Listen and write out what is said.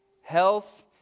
Health